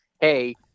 hey